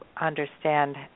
understand